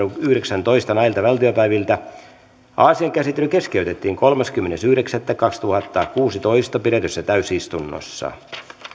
yhdeksäntoista asian käsittely keskeytettiin kolmaskymmenes yhdeksättä kaksituhattakuusitoista pidetyssä täysistunnossa